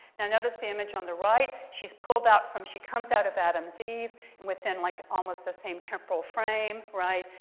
and notice the image on the right. she's pulled out from she comes out of adam's eve and within like almost the same temporal frame, right,